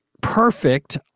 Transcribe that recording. perfect